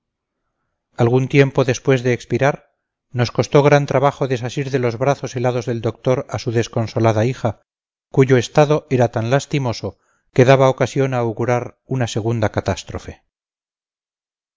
algún tiempo después de expirar nos costó gran trabajo desasir de los brazos helados del doctor a su desconsolada hija cuyo estado era tan lastimoso que daba ocasión a augurar una segunda catástrofe